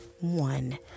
one